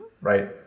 Right